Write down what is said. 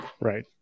Right